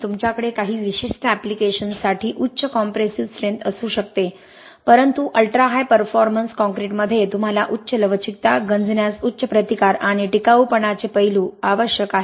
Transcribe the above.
तुमच्याकडे काही विशिष्ट ऍप्लिकेशन्ससाठी उच्च कॉम्प्रेसिव्ह स्ट्रेंथ असू शकते परंतु अल्ट्रा हाय परफॉर्मन्स कॉंक्रिटमध्ये तुम्हाला उच्च लवचिकता गंजण्यास उच्च प्रतिकार आणि टिकाऊपणाचे पैलू आवश्यक आहेत